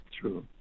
True